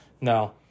No